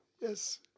Yes